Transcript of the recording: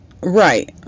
Right